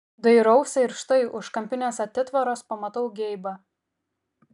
dairausi ir štai už kampinės atitvaros pamatau geibą